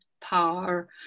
power